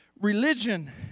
religion